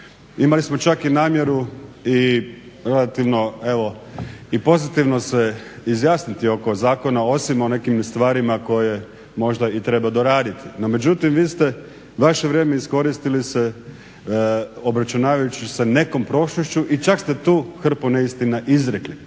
Imali smo čak i namjeru relativno pozitivno se izjasniti oko zakona osim o nekim stvarima koje možda i treba doraditi, međutim vi ste vaše vrijeme iskoristili za obračunavajući se nekom prošlošću i čak ste tu hrpu neistine izrekli.